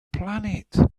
planet